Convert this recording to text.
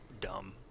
dumb